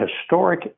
historic